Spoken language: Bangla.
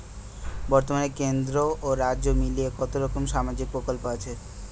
বতর্মানে কেন্দ্র ও রাজ্য মিলিয়ে কতরকম সামাজিক প্রকল্প আছে?